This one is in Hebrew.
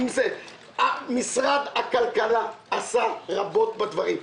משרד הכלכלה עשה רבות בדברים.